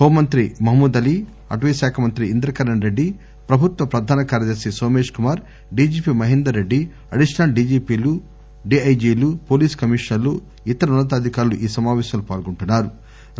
హోంమంత్రి మహమూద్ అలీ అటవీ శాఖ మంత్రి ఇంద్రకరణ్రెడ్డి ప్రభుత్వ ప్రధాన కార్యదర్ని నోమేశ్కుమార్ డీజీపీ మహేందర్ రెడ్లి అడిషనల్ డీజీపీలు డీఐజీలు పోలీస్ కమిషనర్లు ఇతర ఉన్న తాధికారులు ఈ సమాపేశమలో పాల్గొంటున్నారు